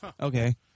okay